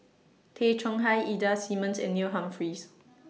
Tay Chong Hai Ida Simmons and Neil Humphreys